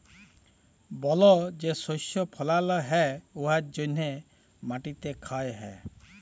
বল যে শস্য ফলাল হ্যয় উয়ার জ্যনহে মাটি ক্ষয় হ্যয়